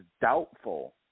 doubtful